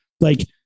Like-